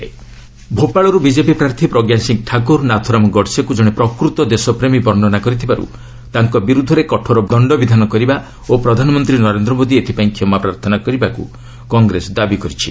କଂଗ୍ରେସ ପ୍ରଜ୍ଞା ସିଂ ଠାକୂର ଭୋପାଳରୁ ବିଜେପି ପ୍ରାର୍ଥୀ ପ୍ରଜ୍ଞା ସିଂ ଠାକୁର ନାଥୁରାମ୍ ଗଡ୍ସେକୁ ଜଣେ ପ୍ରକୃତ ଦେଶପ୍ରେମୀ ବର୍ଷନା କରିଥିବାରୁ ତାଙ୍କ ବିରୁଦ୍ଧରେ କଠୋର ଦଣ୍ଡବିଧାନ କରିବା ଓ ପ୍ରଧାନମନ୍ତ୍ରୀ ନରେନ୍ଦ୍ର ମୋଦି ଏଥିପାଇଁ କ୍ଷମା ପ୍ରାର୍ଥନା କରିବାକୁ କଂଗ୍ରେସ ଦାବି କରିଛି